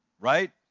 right